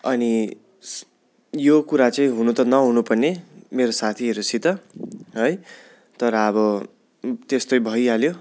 अनि यो कुरा चाहिँ हुनु त नहुनु पर्ने मेरो साथीहरूसित है तर अब त्यस्तै भइहाल्यो